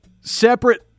separate